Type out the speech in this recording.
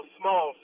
small